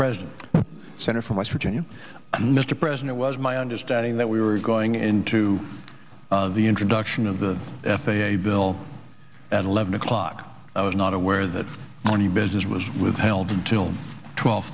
president center from west virginia mr president was my understanding that we were going into the introduction of the f a a bill at eleven o'clock i was not aware that any business was withheld until twelve